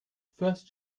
first